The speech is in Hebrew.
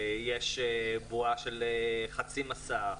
יש בועה של חצי מסך,